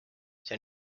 see